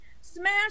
Smash